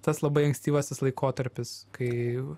tas labai ankstyvasis laikotarpis kai